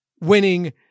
winning